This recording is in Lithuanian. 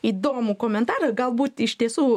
įdomų komentarą galbūt iš tiesų